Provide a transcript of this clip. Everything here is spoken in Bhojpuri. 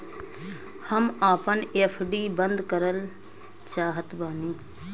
हम आपन एफ.डी बंद करल चाहत बानी